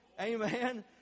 Amen